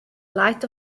light